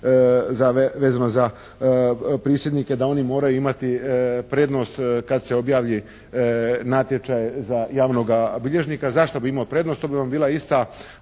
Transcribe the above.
vezano za prisidnike, da oni moraju imati prednost kad se objavi natječaj za javnoga bilježnik. Zašto bi imao prednost? To bi mu bila ista